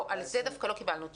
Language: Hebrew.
על זה דווקא לא קיבלנו תשובה.